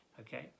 okay